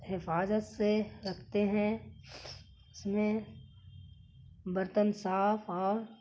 حفاظت سے رکھتے ہیں اس میں برتن صاف اور